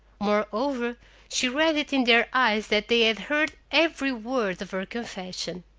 moreover, she read it in their eyes that they had heard every word of her confession.